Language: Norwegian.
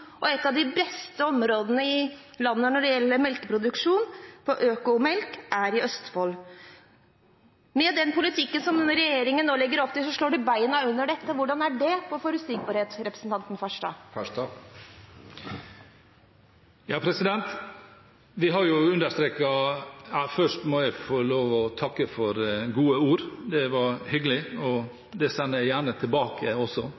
og et av de beste områdene i landet når det gjelder produksjon av økologisk melk, er i Østfold. Den politikken som regjeringen nå legger opp til, slår beina under dette. Hvordan er det forutsigbarhet? Først må jeg få lov til å takke for gode ord. Det var hyggelig,